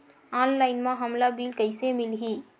Online म हमला bill कइसे मिलही?